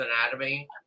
Anatomy